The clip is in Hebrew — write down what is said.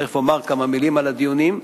תיכף אומר כמה מלים על הדיונים.